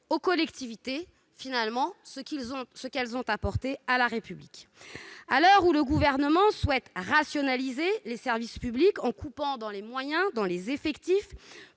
aux collectivités et à la République. À l'heure où le Gouvernement souhaite rationaliser les services publics en coupant dans les moyens et dans les effectifs,